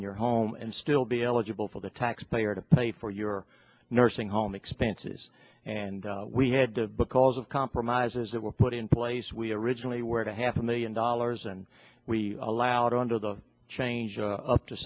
in your home and still be eligible for the taxpayer to pay for your nursing home expenses and we had to because of compromises that were put in place we originally were to half a million dollars and we allowed under the change up to